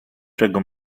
czego